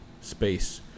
space